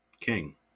King